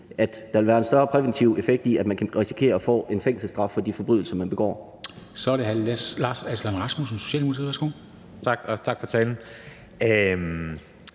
at der vil være en større præventiv effekt i, at man kan risikere at få en fængselsstraf for de forbrydelser, man begår. Kl. 13:09 Formanden (Henrik Dam Kristensen):